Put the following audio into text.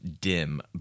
dim